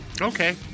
Okay